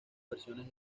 versiones